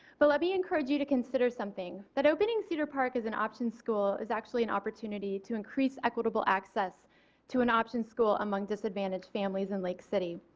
but let me encourage you to consider something that opening cedar park as an option school is actually an opportunity to increase equitable access to an option school among disadvantaged families in lake city.